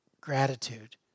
gratitude